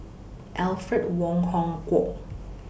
Alfred Wong Hong Kwok